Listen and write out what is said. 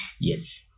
yes